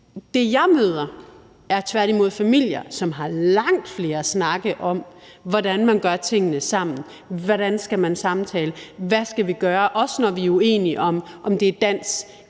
Det, jeg møder, er tværtimod familier, som har langt flere snakke om, hvordan man gør tingene sammen, hvordan man skal samtale, hvad man skal gøre, også når man er uenige om, om det er dans